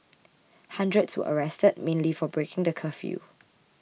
hundreds were arrested mainly for breaking the curfew